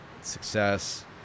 success